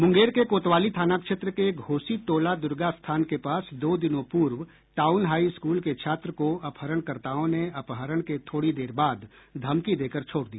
मुंगेर के कोतवाली थाना क्षेत्र के घोसी टोला दुर्गा स्थान के पास दो दिनों पूर्व टाउन हाई स्कूल के छात्र को अपहरणकर्ताओं ने अपहरण के थोड़ी देर बाद धमकी देकर छोड़ दिया